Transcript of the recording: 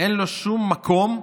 אין לו שום מקום,